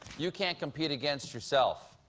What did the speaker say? you can't compete against yourself.